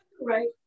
Right